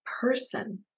person